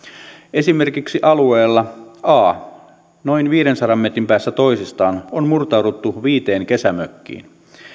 esimerkiksi alueella a noin viidensadan metrin päässä toisistaan on murtauduttu viiteen kesämökkiin